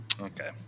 Okay